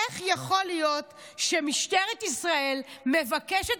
איך יכול להיות שמשטרת ישראל מבקשת